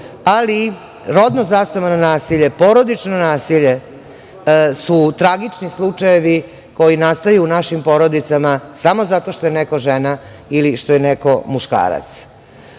ali rodno zasnovano nasilje, porodično nasilje su tragični slučajevi koji nastaju u našim porodicama samo zato što je neko žena ili što je neko muškarac. Ne